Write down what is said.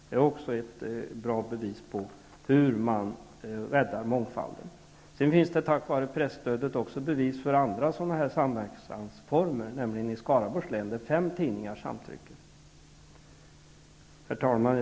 Det är också ett bra bevis på hur man räddar mångfalden. Det finns tack vare presstödet också bevis för andra samverkansformer, nämligen i Skaraborgs län, där fem tidningar samtrycker. Herr talman!